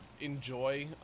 enjoy